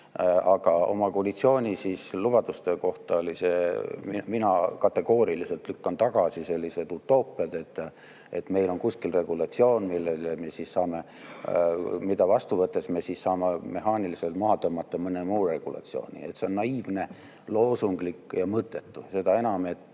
Aga koalitsiooni lubaduste kohta oli see. Mina kategooriliselt lükkan tagasi sellised utoopiad, et meil on kuskil regulatsioon, mida vastu võttes me saame mehaaniliselt maha tõmmata mõne muu regulatsiooni. See on naiivne, loosunglik ja mõttetu, seda enam, et